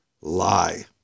Lie